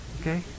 Okay